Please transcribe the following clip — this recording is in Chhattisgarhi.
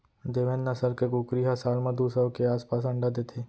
देवेन्द नसल के कुकरी ह साल म दू सौ के आसपास अंडा देथे